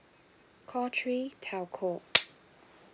call three telco